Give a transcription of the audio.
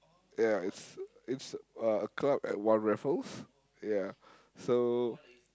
ya it's it's uh a club at One-Raffles ya so